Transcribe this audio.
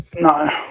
No